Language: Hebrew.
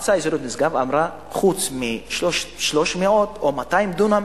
ומועצה אזורית משגב אמרה: חוץ מ-300 או 200 דונם,